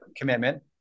commitment